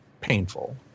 painful